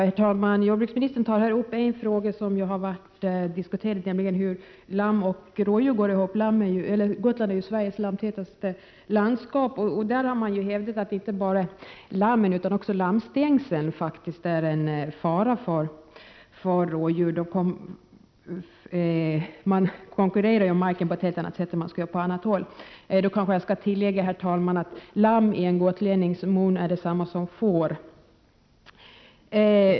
Herr talman! Jordbruksministern tar här upp en fråga som har varit diskuterad förut, nämligen hur lamm och rådjur går ihop — Gotland är ju Sveriges lammtätaste landskap. Man har hävdat att inte bara lammen utan faktiskt också lammstängslen är en fara för rådjuren. De konkurrerar om marken på ett helt annat sätt än de skulle göra på annat håll. — Jag kanske skulle tillägga, herr talman, att ”lamm” i en gotlännings mun är detsamma som får.